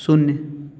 शून्य